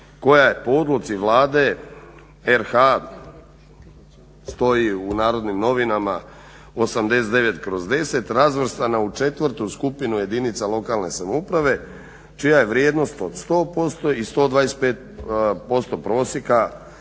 koja je po odluci Vlade RH stoji u Narodnim novinama 89/10. razvrstana u 4. skupinu jedinica lokalne samouprave čija je vrijednost od 100% i 125% prosjeka